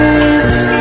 lips